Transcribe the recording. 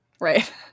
Right